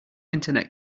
internet